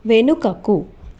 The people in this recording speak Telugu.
వెనుకకు